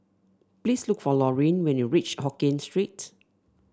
please look for Laurene when you reach Hokkien Street